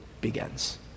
begins